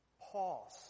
Pause